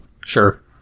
Sure